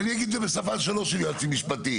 ואני אגיד את זה בשפה שלא של יועצים משפטיים.